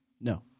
No